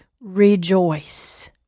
rejoice